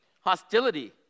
hostility